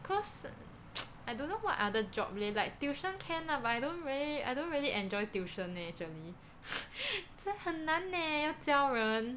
cause I don't know what other job leh like tuition can lah but I don't really I don't really enjoy tuition eh actually 很难 eh 要教人